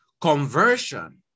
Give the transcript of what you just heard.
conversion